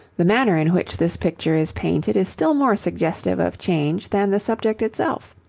the manner in which this picture is painted is still more suggestive of change than the subject itself.